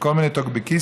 וכל מיני טוקבקיסטים,